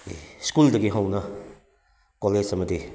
ꯏꯁꯀꯨꯜꯗꯒꯤ ꯍꯧꯅ ꯀꯣꯂꯦꯖ ꯑꯃꯗꯤ